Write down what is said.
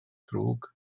ddrwg